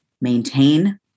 maintain